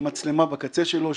מצלמה בקצה שלו,